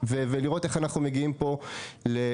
ולראות איך אנחנו מגיעים פה לתוצאה.